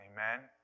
Amen